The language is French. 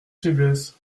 faiblesse